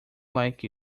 like